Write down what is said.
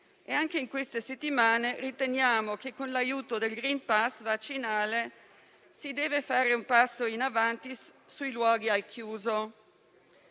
anche in queste settimane, riteniamo che, con l'aiuto del *green pass* vaccinale, si debba fare un passo in avanti sui luoghi al chiuso.